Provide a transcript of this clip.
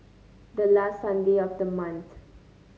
the last Sunday of the month